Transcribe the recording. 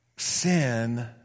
Sin